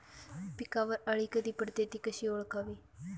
पिकावर अळी कधी पडते, ति कशी ओळखावी?